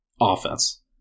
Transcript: offense